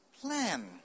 plan